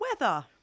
weather